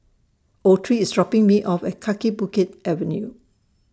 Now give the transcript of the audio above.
Autry IS dropping Me off At Kaki Bukit Avenue